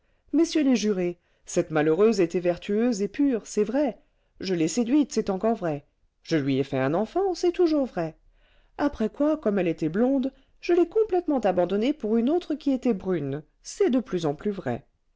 messieurs les jurés cette malheureuse était vertueuse et pure c'est vrai je l'ai séduite c'est encore vrai je lui ai fait un enfant c'est toujours vrai après quoi comme elle était blonde je l'ai complètement abandonnée pour une autre qui était brune c'est de plus en plus vrai